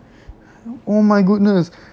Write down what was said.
oh my goodness